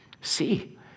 See